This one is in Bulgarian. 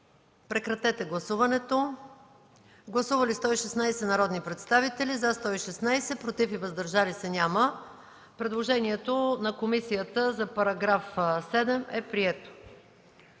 предложена от комисията. Гласували 116 народни представители: за 116, против и въздържали се няма. Предложението на комисията за § 7 е прието.